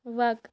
وق